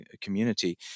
community